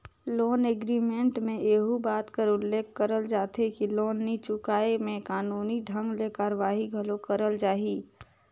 loan agreement में एहू बात कर उल्लेख करल जाथे कि लोन नी चुकाय में कानूनी ढंग ले कारवाही घलो करल जाही